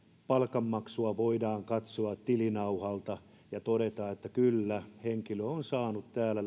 palkanmaksua voidaan katsoa tilinauhalta ja todeta että kyllä henkilö lähetetty työntekijä on saanut täällä